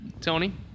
Tony